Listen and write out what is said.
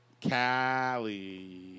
Cali